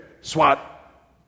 Swat